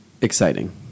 Exciting